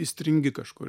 įstringi kažkur